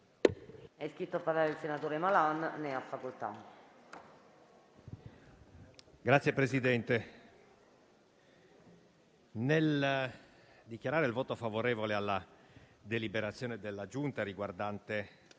Signor Presidente, nel dichiarare il voto favorevole sulla deliberazione della Giunta delle